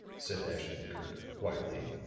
said ashton-kirk, quietly,